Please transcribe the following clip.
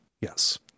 yes